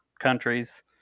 countries